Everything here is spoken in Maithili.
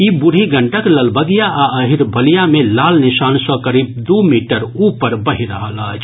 ई बूढ़ी गंडक ललबगिया आ अहिरवलिया मे लाल निशान सॅ करीब दू मीटर ऊपर बहि रहल अछि